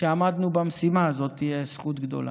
שעמדנו במשימה, זאת תהיה זכות גדולה.